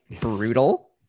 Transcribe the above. brutal